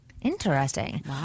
Interesting